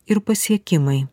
ir pasiekimai